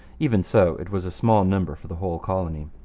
even so, it was a small number for the whole colony.